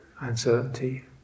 uncertainty